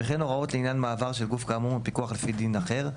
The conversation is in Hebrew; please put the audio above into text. וכן הוראות לעניין מעבר של גוף כאמור מפיקוח לפי דין אחר,